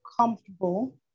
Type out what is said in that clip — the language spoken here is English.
comfortable